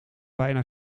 bijna